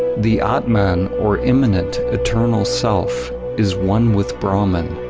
the atman or immanent eternal self is one with brahman,